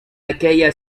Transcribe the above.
aquella